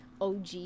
og